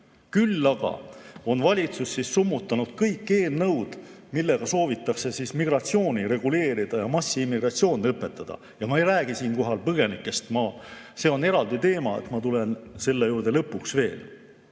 Küll aga on valitsus summutanud kõik eelnõud, millega soovitakse migratsiooni reguleerida ja massiimmigratsioon lõpetada. Ja ma ei räägi siinkohal põgenikest, see on eraldi teema, ma tulen selle juurde lõpuks veel.